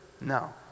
No